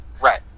Right